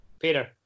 Peter